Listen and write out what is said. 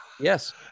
Yes